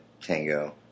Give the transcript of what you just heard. Tango